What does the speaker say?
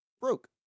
broke